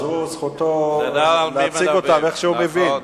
זכותו להציג אותם איך שהוא מבין.